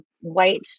white